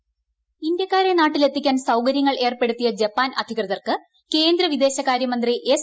voice ഇന്ത്യക്കാരെ നാട്ടിലെത്തിക്കാൻ സൌകര്യങ്ങൾ ഏർപ്പെടുത്തിയ ജപ്പാൻ അധികൃതർക്ക് കേന്ദ്ര വിദേശകാര്യമന്ത്രി എസ്